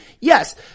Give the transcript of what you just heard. Yes